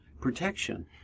protection